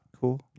cool